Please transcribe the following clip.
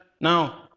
Now